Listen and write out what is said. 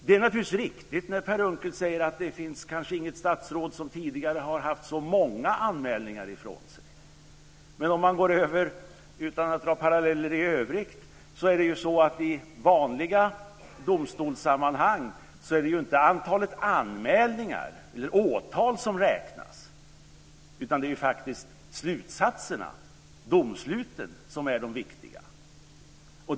Det är naturligtvis riktigt när Per Unckel säger att det kanske inte finns något statsråd som tidigare har haft så många anmälningar mot sig. Men utan att dra några paralleller i övrigt är det ju så att i vanliga domstolssammanhang är det inte antalet anmälningar eller åtal som räknas, utan det är faktiskt slutsatserna, domsluten, som är det viktiga.